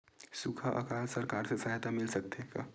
सुखा अकाल सरकार से सहायता मिल सकथे का?